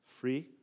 free